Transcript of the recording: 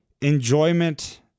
enjoyment